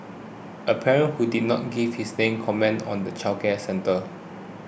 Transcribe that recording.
a parent who did not give his name commented on the childcare centre